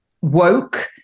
woke